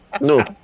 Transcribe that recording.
No